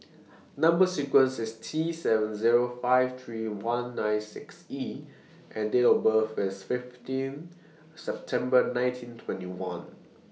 Number sequence IS T seven Zero five three one nine six E and Date of birth IS fifteen September nineteen twenty one